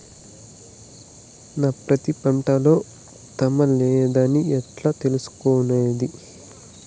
నా పత్తి పంట లో తేమ లేదని ఎట్లా తెలుసుకునేది?